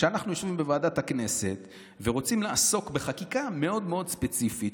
כשאנחנו יושבים בוועדת הכנסת ורוצים לעסוק בחקיקה מאוד מאוד ספציפית,